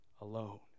alone